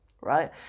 right